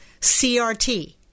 CRT